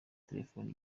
telefoni